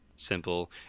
simple